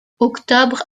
octobre